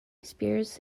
spears